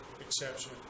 exception